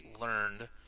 learned